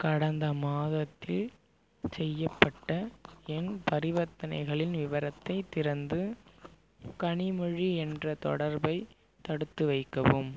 கடந்த மாதத்தில் செய்யப்பட்ட என் பரிவர்த்தனைகளின் விவரத்தைத் திறந்து கனிமொழி என்ற தொடர்பை தடுத்துவைக்கவும்